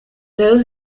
dedos